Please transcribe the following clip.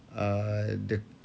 uh the